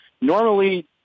Normally